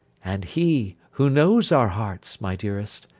and he who knows our hearts, my dearest,